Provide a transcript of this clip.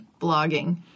blogging